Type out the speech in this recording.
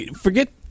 Forget